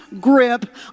grip